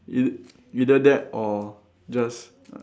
E~ either that or just